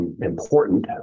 important